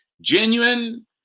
genuine